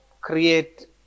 create